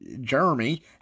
Jeremy